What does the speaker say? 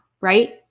right